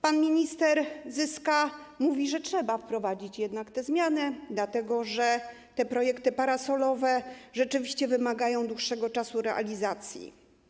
Pan minister Zyska mówi, że trzeba wprowadzić jednak te zmiany, dlatego że projekty parasolowe rzeczywiście wymagają dłuższego czasu realizacji.